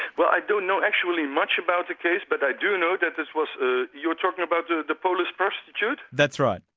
well i don't know actually much about the case, but i do know that this was ah you're talking about the the polish prostitute? that's right.